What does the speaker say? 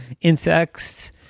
insects